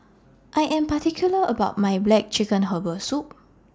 I Am particular about My Black Chicken Herbal Soup